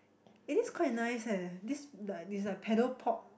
eh this is quite nice eh this like it's like Paddle Pop